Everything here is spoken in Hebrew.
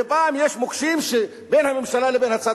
ופעם יש מוקשים בין הממשלה לבין הצד